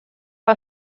are